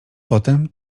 potem